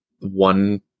one